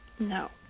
No